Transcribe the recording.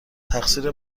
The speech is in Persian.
تقصیر